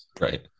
right